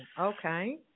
okay